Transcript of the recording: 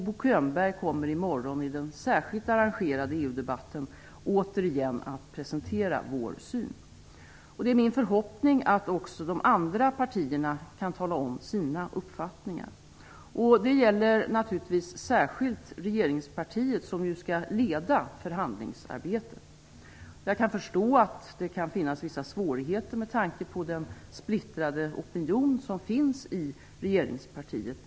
Bo Könberg kommer i morgon i den särskilt arrangerade EU-debatten återigen att presentera vår syn. Det är min förhoppning att också de andra partierna kan tala om sina uppfattningar. Det gäller naturligtvis särskilt regeringspartiet, som ju skall leda förhandlingsarbetet. Jag kan förstå att det kan finnas vissa svårigheter med tanke på den splittrade opinion som finns i regeringspartiet.